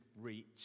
reach